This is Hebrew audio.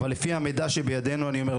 אבל לפי המידע שבידינו אני אומר,